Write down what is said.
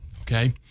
okay